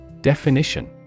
Definition